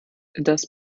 das